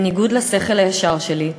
בניגוד לשכל הישר שלי,